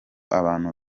abantu